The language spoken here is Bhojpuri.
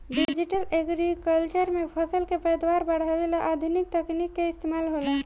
डिजटल एग्रीकल्चर में फसल के पैदावार बढ़ावे ला आधुनिक तकनीक के इस्तमाल होला